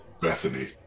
bethany